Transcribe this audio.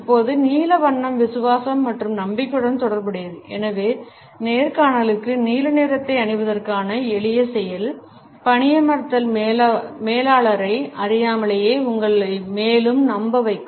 இப்போது நீல வண்ணம் விசுவாசம் மற்றும் நம்பிக்கையுடன் தொடர்புடையது எனவே நேர்காணலுக்கு நீல நிறத்தை அணிவதற்கான எளிய செயல் பணியமர்த்தல் மேலாளரை அறியாமலேயே உங்களை மேலும் நம்ப வைக்கும்